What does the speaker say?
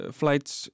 flights